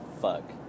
Fuck